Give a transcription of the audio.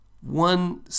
One